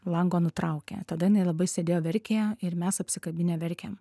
lango nutraukė tada jinai labai sėdėjo verkė ir mes apsikabinę verkėm